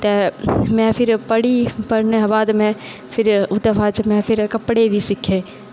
ते फिर में पढ़ी पढ़ने दे बाद में ओह्दे कशा बाद में कपड़े बी सीह्ते